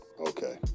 Okay